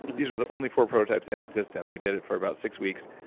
these were the only four prototypes in existence. we did it for about six weeks.